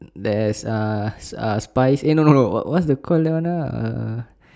there is uh sp~ uh spice eh no no no what is the call that one ah uh